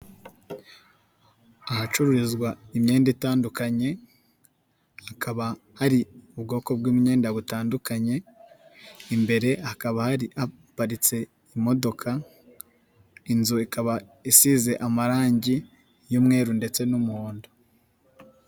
Ahacuruzwa imyenda itandukanye, hakaba hari ubwoko bw'imyenda butandukanye, imbere hakaba hari haparitse imodoka, inzu ikaba isize amarangi y'umweru ndetse n'umuhondo.